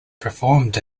performed